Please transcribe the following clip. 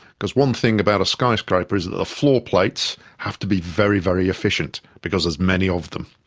because one thing about a skyscraper is that the floor plates have to be very, very efficient because many of them.